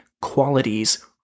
qualities